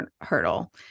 hurdle